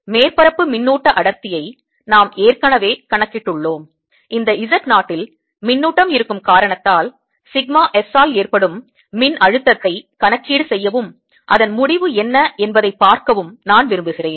மேற்பரப்பு மின்னூட்ட அடர்த்தியை நாம் ஏற்கனவே கணக்கிட்டுள்ளோம் இந்த Z 0 இல் மின்னூட்டம் இருக்கும் காரணத்தால் சிக்மா S ஆல் ஏற்படும் மின் அழுத்தத்தை கணக்கீடு செய்யவும் அதன் முடிவு என்ன என்பதைப் பார்க்கவும் நான் விரும்புகிறேன்